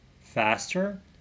faster